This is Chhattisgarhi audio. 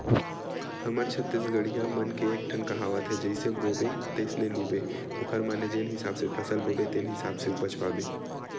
हमर छत्तीसगढ़िया मन के एकठन कहावत हे जइसे बोबे तइसने लूबे ओखर माने जेन हिसाब ले फसल बोबे तेन हिसाब ले उपज पाबे